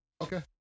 Okay